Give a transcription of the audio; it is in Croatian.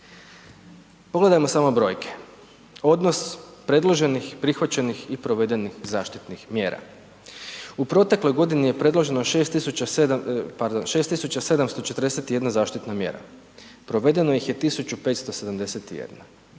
Pogledajmo samo brojke, odnos predloženih, prihvaćenih i provedenih zaštitnih mjera. U protekloj godini je predloženo 6 tisuća 741 zaštitna mjera, provedeno ih je 1571.